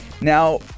Now